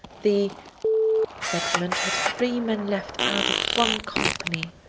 the regiment had three men left out of one company.